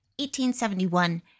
1871